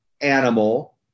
Animal